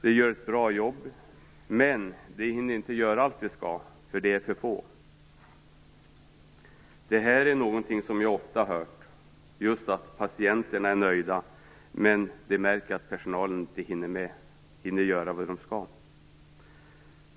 De gör ett bra jobb, men de hinner inte göra allt de skall, för de är för få. Det här är någonting som jag ofta har hört. Patienterna är nöjda, men de märker att personalen inte hinner göra det den skall.